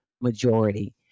majority